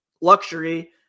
luxury